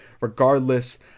Regardless